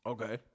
Okay